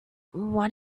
what